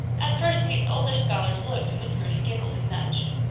at first the other scholars looked and whispered and giggled and nudged.